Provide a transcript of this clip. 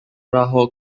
رها